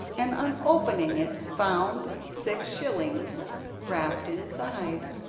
and on opening it found six shillings wrapped inside.